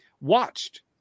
watched